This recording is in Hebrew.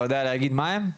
אתה יודע להגיד מה הן?